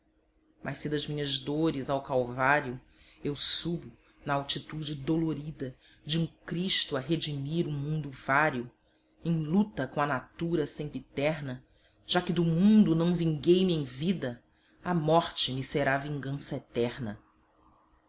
mas se das minhas dores ao calvário eu subo na altitude dolorida de um cristo a redimir um mundo vário em luta coa natura sempiterna já que do mundo não vinguei me em vida a morte me será vingança eterna